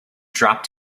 dropped